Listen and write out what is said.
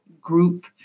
group